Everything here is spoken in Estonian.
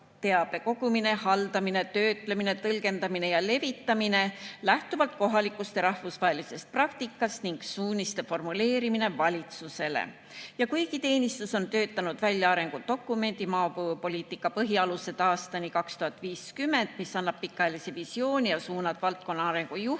baasteabe kogumine, haldamine, töötlemine, tõlgendamine ja levitamine lähtuvalt kohalikust ja rahvusvahelisest praktikast ning suuniste formuleerimine valitsusele. Kuigi teenistus on töötanud välja arengudokumendi "Maapõuepoliitika põhialused aastani 2050", mis annab pikaajalise visiooni ja suunad valdkonna arengu juhtimiseks,